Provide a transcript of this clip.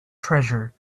treasure